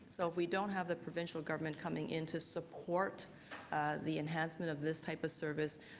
so if we don't have the provincial government coming in to support the enhancement of this type of service,